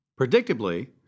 Predictably